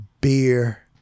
beer